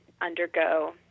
undergo